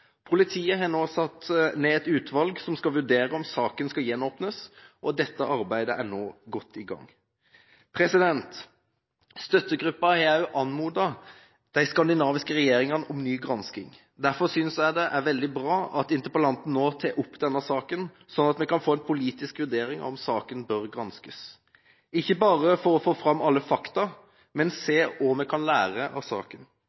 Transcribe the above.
Politiet har nå satt ned et utvalg som skal vurdere om saken skal gjenåpnes, og dette arbeidet er nå godt i gang. Støttegruppen har også anmodet de skandinaviske regjeringene om ny gransking. Derfor synes jeg det er veldig bra at interpellanten nå tar opp denne saken, slik at vi kan få en politisk vurdering av om saken bør granskes – ikke bare for å få fram alle fakta, men også for å se hva vi kan lære av saken.